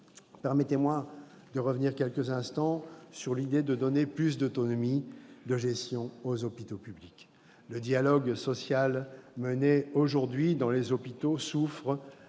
Permettez-moi de revenir quelques instants sur l'idée de donner plus d'autonomie de gestion aux hôpitaux publics. Le dialogue social mené aujourd'hui dans les hôpitaux souffre